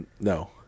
No